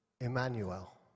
Emmanuel